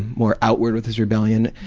more outward with his rebellion.